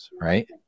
right